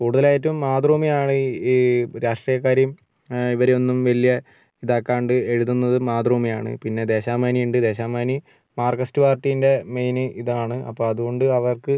കൂടുതലായിട്ടും മാതൃഭൂമിയാണ് ഈ രാഷ്ട്രീയക്കാരെയും ഇവരെയൊന്നും വലിയ ഇതാക്കാണ്ട് എഴുതുന്നത് മാതൃഭൂമിയാണ് പിന്നെ ദേശാഭിമാനി ഉണ്ട് ദേശാഭിമാനി മാർക്സിസ്റ്റ് പാർട്ടിൻ്റെ മെയിന് ഇതാണ് അതുകൊണ്ട് അവർക്ക്